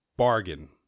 bargain